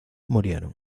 murieron